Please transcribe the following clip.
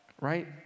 Right